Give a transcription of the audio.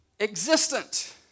existent